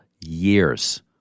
years